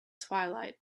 twilight